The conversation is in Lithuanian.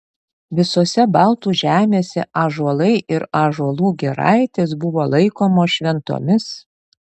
visose baltų žemėse ąžuolai ir ąžuolų giraitės buvo laikomos šventomis